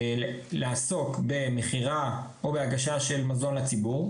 לעסוק במכירה או בהגשה של מזון לציבור,